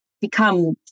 become